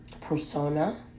persona